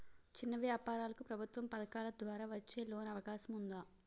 చిన్న వ్యాపారాలకు ప్రభుత్వం పథకాల ద్వారా వచ్చే లోన్ అవకాశం ఉందా?